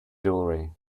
jewellery